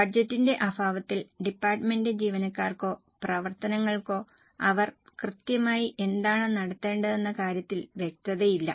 ബജറ്റിന്റെ അഭാവത്തിൽ ഡിപ്പാർട്ട്മെന്റ് ജീവനക്കാർക്കോ പ്രവർത്തനങ്ങൾക്കോ അവർ കൃത്യമായി എന്താണ് നേടേണ്ടതെന്ന കാര്യത്തിൽ വ്യക്തതയില്ല